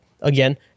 again